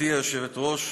גברתי היושבת-ראש,